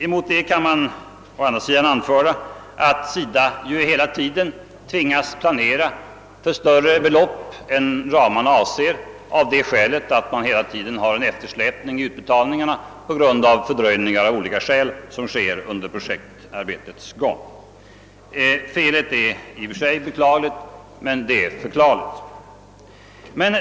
Emot det kan man å andra sidan säga att SIDA hela tiden tvingas planera för större belopp än ramarna avser, av det skälet att en eftersläpning i utbetalningarna genomgående uppstår på grund av fördröjningar som av olika skäl inträffar under projektets gång. Felet är i och för sig beklagligt, men det är förklarligt.